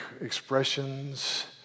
expressions